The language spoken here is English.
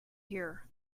here